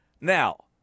Now